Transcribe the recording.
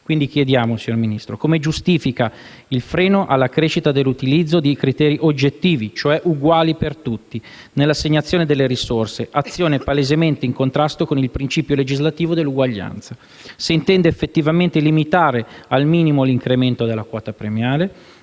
Quindi, signora Ministra, chiediamo: come giustifica il freno alla crescita dell'utilizzo di criteri oggettivi - cioè uguali per tutti - nell'assegnazione delle risorse, azione palesemente in contrasto con il principio legislativo dell'uguaglianza; se intenda effettivamente limitare al minimo l'incremento della quota premiale